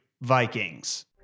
Vikings